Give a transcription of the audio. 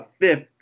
fifth